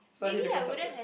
slightly different subject